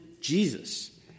Jesus